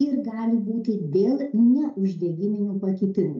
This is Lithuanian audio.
ir gali būti dėl neuždegiminių pakitimų